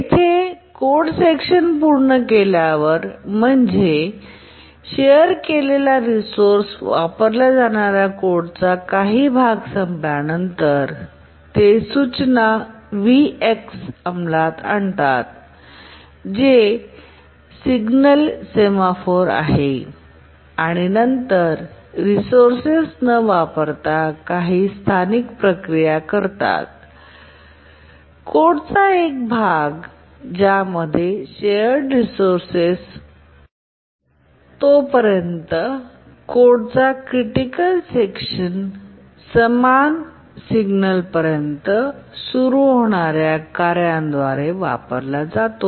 येथे code section पूर्ण केल्यावर म्हणजे शेअर केलेला रिसोर्सेस वापरल्या जाणार्या कोडचा काही भाग संपल्यानंतर ते सूचना V अंमलात आणतात जे सिग्नल सेमॅफोर आहे आणि नंतर रिसोर्सेस न वापरता अधिक स्थानिक प्रक्रिया करतात कोडचा एक भाग ज्यामध्ये शेअर रिसोर्सेस तोपर्यंत कोडचा क्रिटिकल सेक्शन समान सिग्नल पर्यंत सुरू होणार्या कार्याद्वारे वापरला जातो